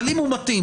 אבל אם הוא מתאים,